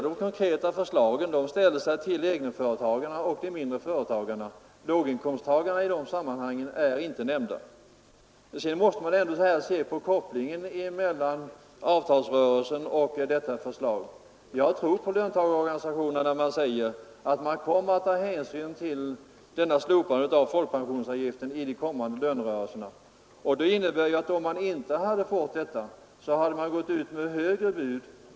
De konkreta förslagen avser egenföretagarna och de mindre företagarna. Låginkomsttagarna nämns inte i det sammanhanget. Man måste också beakta kopplingen mellan avtalsrörelsen och detta förslag. Jag tror på löntagarorganisationernas uttalanden om att de kommer att ta hänsyn till slopandet av folkpensionsavgiften i kommande lönerörelse. Det innebär att de, om de inte fått denna förbättring, hade gått ut med högre bud i avtalsrörelsen.